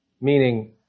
meaning